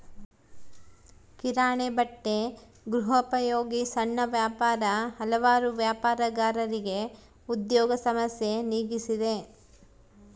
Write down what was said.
ಕಿರಾಣಿ ಬಟ್ಟೆ ಗೃಹೋಪಯೋಗಿ ಸಣ್ಣ ವ್ಯಾಪಾರ ಹಲವಾರು ವ್ಯಾಪಾರಗಾರರಿಗೆ ಉದ್ಯೋಗ ಸಮಸ್ಯೆ ನೀಗಿಸಿದೆ